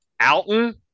Alton